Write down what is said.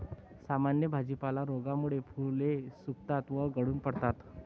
सामान्य भाजीपाला रोगामुळे फुले सुकतात व गळून पडतात